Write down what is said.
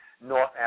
North